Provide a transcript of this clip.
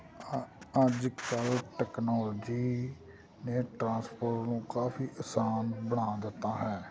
ਅ ਅੱਜ ਕੱਲ੍ਹ ਟੈਕਨੋਲਜੀ ਨੇ ਟਰਾਂਸਪੋਰਟ ਨੂੰ ਕਾਫ਼ੀ ਅਸਾਨ ਬਣਾ ਦਿੱਤਾ ਹੈ